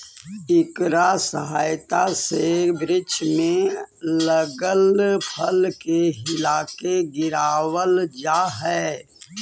इकरा सहायता से वृक्ष में लगल फल के हिलाके गिरावाल जा हई